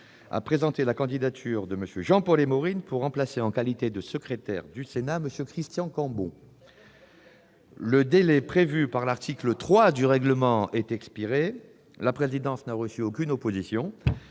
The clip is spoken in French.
a présenté la candidature de M. Jean-Paul Émorine pour remplacer, en qualité de secrétaire du Sénat, M. Christian Cambon. Très bonne candidature ! Le délai prévu par l'article 3 du règlement est expiré. La présidence n'a reçu aucune opposition.